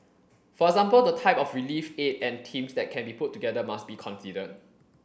for example the type of relief aid and teams that can be put together must be considered